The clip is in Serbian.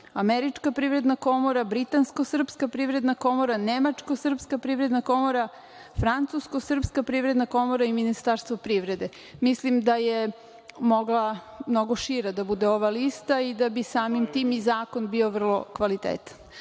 američka privredna komora, britansko-srpska privredna komora, nemačko-srpska privredna komora, francusko-srpska privredna komora i Ministarstvo privrede. Mislim da je mogla mnogo šira da bude ova lista i da bi samim tim i zakon bio vrlo kvalitetan.